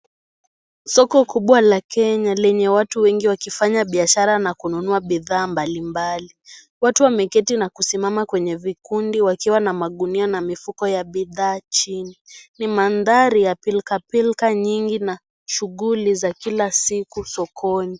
Soko kubwa la Kenya, lenye watu wengi wakifanya biashara na kununua bidhaa mbalimbali. Watu wameketi na kusimama kwenye vikundi, wakiwa na magunia na mifuko ya bidhaa chini. Ni mandhari ya pilkapilka nyingi na shughuli za kila siku sokoni.